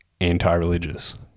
anti-religious